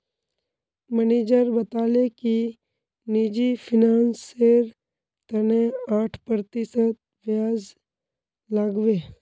manager बताले कि निजी फिनांसेर तने आठ प्रतिशत ब्याज लागबे